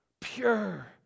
pure